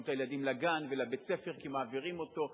את הילדים לגן ולבית-הספר כי מעבירים אותו.